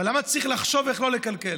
אבל למה צריך לחשוב איך לא לקלקל?